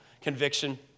conviction